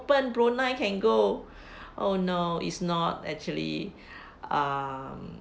open brunei can go oh no is not actually um